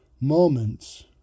moments